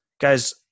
Guys